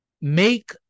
Make